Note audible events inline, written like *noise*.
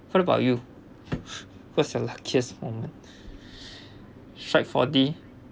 how about you *laughs* what's your luckiest moment strike four D